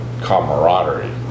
camaraderie